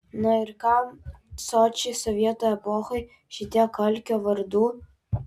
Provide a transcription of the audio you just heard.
na ir kam sočiai sovietų epochai šitiek alkio vardų